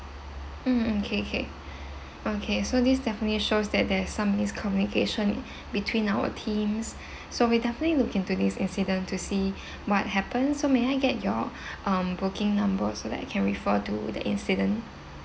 mm K K okay so this definitely shows that there's some miscommunication between our teams so we'll definitely look into this incident to see what happen so may I get your um booking number so that I can refer to the incident